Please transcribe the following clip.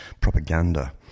propaganda